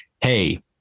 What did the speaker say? Hey